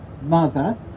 mother